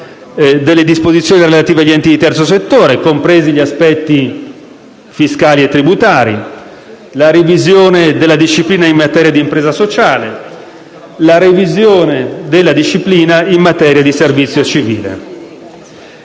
delle disposizioni relative agli enti di terzo settore, compresi gli aspetti fiscali e tributari; la revisione della disciplina in materia d'impresa sociale; la revisione della disciplina in materia di servizio civile.